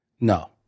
No